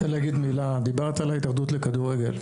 אני רוצה להגיד מילה, דיברת על ההתאחדות לכדורגל.